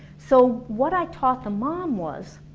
so what i taught the mom was,